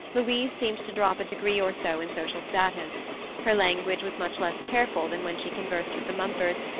louise seemed to drop a degree or so in social status her language was much less careful than when she conversed with the mumfords,